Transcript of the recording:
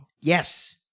Yes